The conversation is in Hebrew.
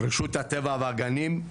רשות הטבע והגנים,